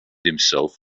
himself